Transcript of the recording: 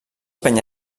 penya